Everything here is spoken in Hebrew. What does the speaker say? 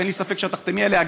ואין לי ספק שגם את תחתמי עליה,